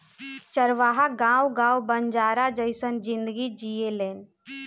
चरवाह गावं गावं बंजारा जइसन जिनगी जिऐलेन